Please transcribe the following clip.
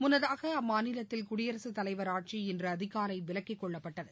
முன்னதாக அம்மாநிலத்தில் குடியரசுத்தலைவர் ஆட்சி இன்று அதிகாலை விலக்கிக்கொள்ளப்பட்டது